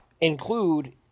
include